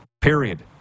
period